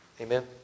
amen